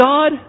God